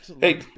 hey